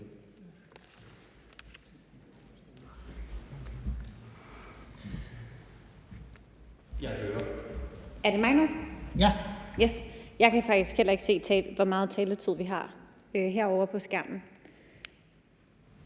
(Lars-Christian Brask): Ja). Jeg kan faktisk heller ikke se, hvor meget taletid vi har her på skærmen,